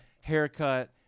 haircut